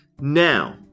Now